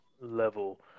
level